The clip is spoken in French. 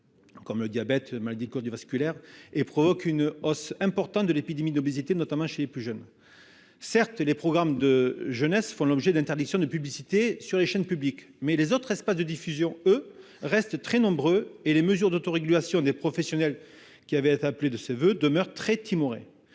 comme le diabète ou les maladies cardiovasculaires, et provoque une hausse importante de l’épidémie d’obésité, notamment chez les plus jeunes. Certes, les programmes jeunesse font l’objet d’interdiction de publicité sur les chaînes publiques. Mais les autres espaces de diffusion restent très nombreux et les mesures d’autorégulation des professionnels demeurent trop timorées.